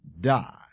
die